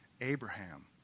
Abraham